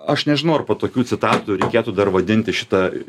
aš nežinau ar po tokių citatų reikėtų dar vadinti šitą